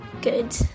Good